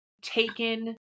taken